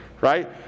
right